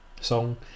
song